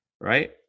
right